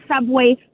subway